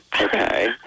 okay